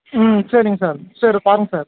ம் சரிங்க சார் சேரி பாருங்கள் சார்